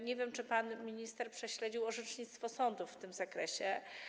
Nie wiem, czy pan minister prześledził orzecznictwo sądów w tym zakresie.